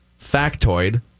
factoid